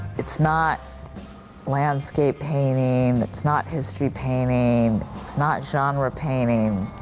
it's not landscape painting, it's not history painting, it's not genre painting.